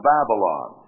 Babylon